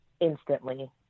instantly